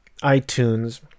iTunes